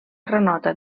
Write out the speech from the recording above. granota